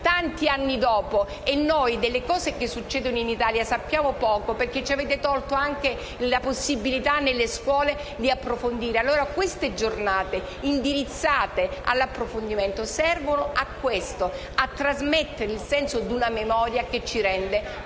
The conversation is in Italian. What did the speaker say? tanti anni dopo, e noi delle cose che succedono in Italia sappiamo poco perché nelle scuole ci avete tolto anche la possibilità di approfondire». Queste giornate indirizzate all'approfondimento servono allora a questo: a trasmettere il senso di una memoria che ci rende popolo